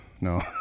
No